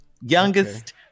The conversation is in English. Youngest